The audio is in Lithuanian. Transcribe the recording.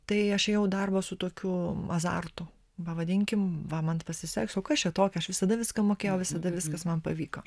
tai aš jau darbo su tokiu azartu pavadinkim va man pasiseks o kas čia tokio aš visada viską mokėjau visada viskas man pavyko